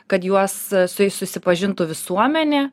kad juos su jais susipažintų visuomenė